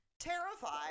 terrified